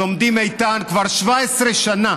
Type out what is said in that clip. שעומדים איתן כבר 17 שנה,